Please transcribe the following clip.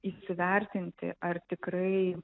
įsivertinti ar tikrai